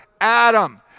adam